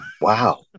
wow